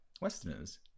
westerners